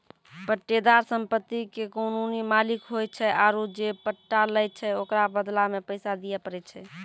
पट्टेदार सम्पति के कानूनी मालिक होय छै आरु जे पट्टा लै छै ओकरो बदला मे पैसा दिये पड़ै छै